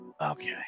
Okay